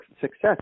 success